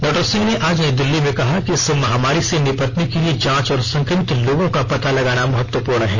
doctor Singh ने आज नई दिल्ली में कहा कि इस महामारी से निपटने के लिए जांच और संक्रमित लोगों का पता लगाना महत्वपूर्ण है